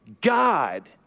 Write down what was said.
God